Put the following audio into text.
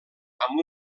amb